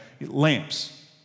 Lamps